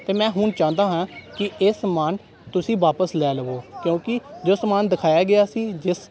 ਅਤੇ ਮੈਂ ਹੁਣ ਚਾਹੁੰਦਾ ਹਾਂ ਕਿ ਇਹ ਸਮਾਨ ਤੁਸੀਂ ਵਾਪਸ ਲੈ ਲਵੋ ਕਿਉਂਕਿ ਜੋ ਸਮਾਨ ਦਿਖਾਇਆ ਗਿਆ ਸੀ ਜਿਸ